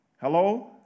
Hello